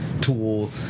tool